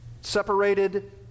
Separated